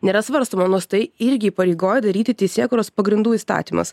nėra svarstoma nors tai irgi įpareigoja daryti teisėkūros pagrindų įstatymas